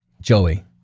Joey